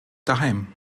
daheim